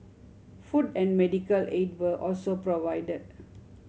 food and medical aid were also provide